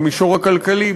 במישור הכלכלי,